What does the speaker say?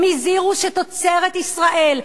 הם הזהירו שתוצרת ישראל,